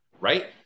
right